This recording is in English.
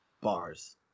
Bars